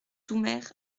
doumer